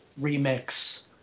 remix